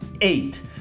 eight